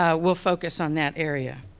ah will focus on that area.